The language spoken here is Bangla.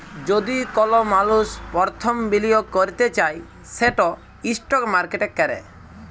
যদি কল মালুস পরথম বিলিয়গ ক্যরতে চায় সেট ইস্টক মার্কেটে ক্যরে